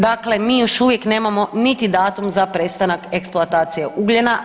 Dakle, mi još uvijek nemamo niti datum za prestanak eksploatacije ugljena.